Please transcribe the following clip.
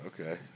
Okay